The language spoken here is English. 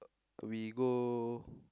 we go